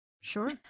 Sure